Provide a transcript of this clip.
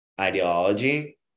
ideology